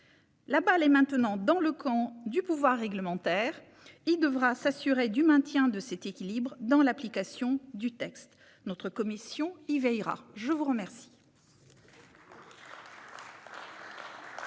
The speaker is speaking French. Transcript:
La balle est maintenant dans le camp du pouvoir réglementaire, qui devra s'assurer du maintien de cet équilibre dans l'application du texte. Notre commission y veillera ! La parole